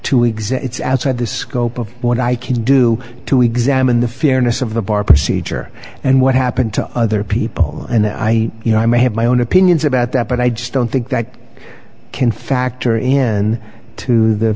its outside the scope of what i can do to examine the fairness of the bar procedure and what happened to other people and i you know i may have my own opinions about that but i just don't think that can factor in to the